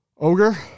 Ogre